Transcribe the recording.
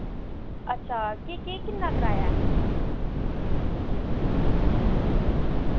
अच्छा किन्ना किराया ऐ